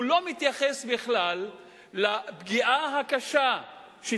הוא לא מתייחס בכלל לפגיעה הקשה של